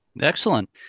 Excellent